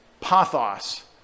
pathos